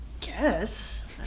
guess